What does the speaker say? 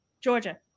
Georgia